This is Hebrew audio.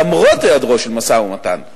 למרות היעדרו של משא-ומתן,